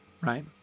right